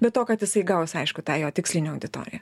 be to kad jisai gaus aišku tą jo tikslinę auditoriją